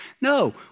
No